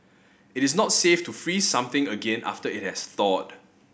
it is not safe to freeze something again after it has thawed